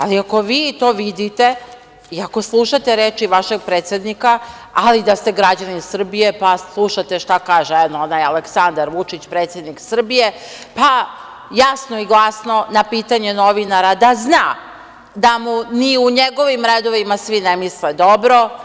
Ali, ako vi to vidite i ako slušate reči vašeg predsednika, ali da ste građanin Srbije, pa slušate šta kaže eno onaj Aleksandar Vučić, predsednik Srbije, pa jasno i glasno na pitanje novinara da zna da mu ni u njegovim redovima svi ne misle dobro.